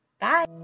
Bye